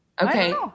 Okay